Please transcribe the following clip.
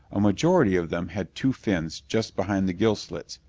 majority of them had two fins just behind the gill slits,